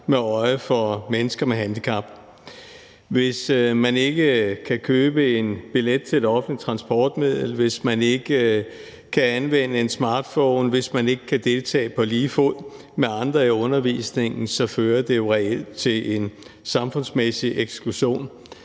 med øje for mennesker med handicap. Hvis man ikke kan købe en billet til et offentligt transportmiddel, hvis man ikke kan anvende en smartphone, hvis man ikke kan deltage med andre på lige fod i undervisningen, så fører det jo reelt til en samfundsmæssig eksklusion.